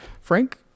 Frank